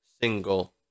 single